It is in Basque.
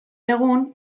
egun